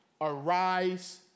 arise